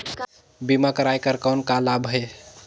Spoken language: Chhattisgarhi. बीमा कराय कर कौन का लाभ है?